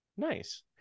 Nice